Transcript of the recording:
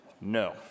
no